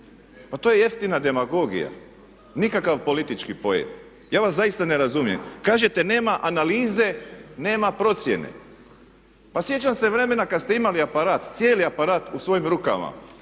Pa to je jeftina demagogija, nikakav politički poen. Ja vas zaista ne razumijem. Kažete nema analize, nema procjene. Pa sjećam se vremena kad ste imali aparat, cijeli aparat u svojim rukama.